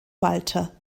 walter